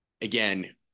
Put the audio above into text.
again